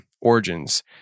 origins